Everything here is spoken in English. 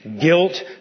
guilt